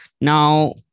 now